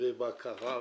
בקרה ומחקר,